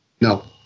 no